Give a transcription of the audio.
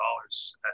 dollars